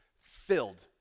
filled